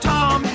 Tom